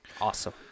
Awesome